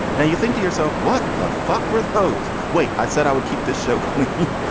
now you think to yourself, what the fuck withthose. wait, i said i would keep the show clean.